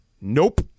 Nope